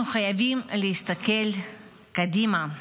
אנחנו חייבים להסתכל קדימה.